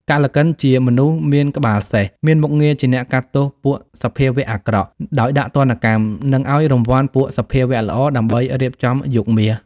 កល្កិនជាមនុស្សមានក្បាលសេះ មានមុខងារជាអ្នកកាត់ទោសពួកសភាវៈអាក្រក់ ដោយដាក់ទណ្ឌកម្ម និងឱ្យរង្វាន់ពួកសភាវៈល្អដើម្បីរៀបចំយុគមាស។